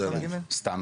זה (ד), סליחה.